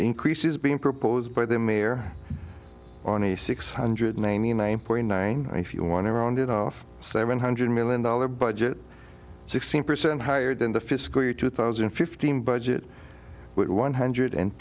increases being proposed by the mayor on a six hundred ninety nine point nine if you want to round it off seven hundred million dollar budget sixteen percent higher than the fiscal year two thousand and fifteen budget with one hundred